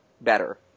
better